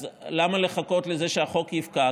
אז למה לחכות שהחוק יפקע?